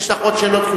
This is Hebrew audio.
יש לך עוד שאלות?